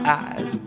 eyes